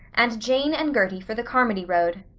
and jane and gertie for the carmody road.